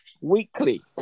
weekly